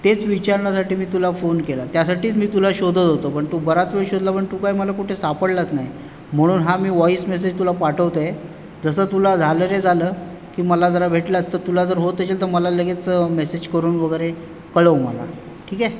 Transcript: तेच विचारण्यासाठी मी तुला फोन केला त्यासाठीच मी तुला शोधत होतो पण तू बराच वेळ शोधला पण तू काय मला कुठे सापडलाच नाही म्हणून हा मी वॉईस मेसेज तुला पाठवतो आहे जसं तुला झालं झालं की मला जरा भेटलास तर तुला जर होत असेल तर मला लगेच मेसेज करून वगैरे कळव मला ठीक आहे